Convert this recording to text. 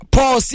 Paul